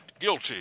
guilty